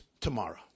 tomorrow